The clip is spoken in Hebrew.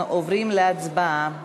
אנחנו עוברים להצבעה.